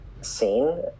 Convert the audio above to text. scene